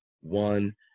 one